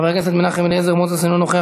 חבר הכנסת מנחם אליעזר מוזס, אינו נוכח.